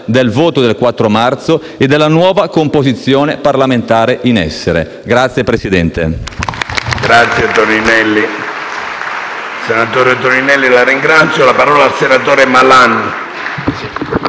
del voto del 4 marzo e della nuova composizione parlamentare in essere. (Applausi